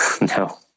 No